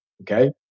Okay